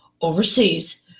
overseas